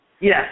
Yes